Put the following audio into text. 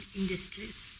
industries